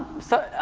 so,